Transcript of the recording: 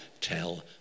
tell